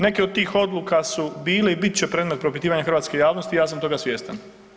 Neke od tih odluka su bile i bit će predmet propitivanja hrvatske javnosti i ja sam toga svjestan.